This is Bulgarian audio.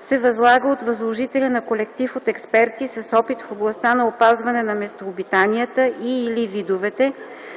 се възлага от възложителя на колектив от експерти с опит в областта на опазване на местообитанията и/или видовете,